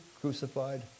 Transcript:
crucified